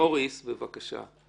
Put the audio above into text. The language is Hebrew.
מוריס, בבקשה.